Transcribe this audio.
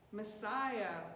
Messiah